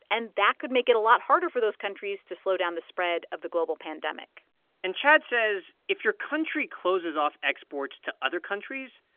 and that could make it a lot harder for those countries to slow down the spread of the global pandemic and chad says if your country closes off exports to other countries,